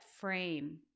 frame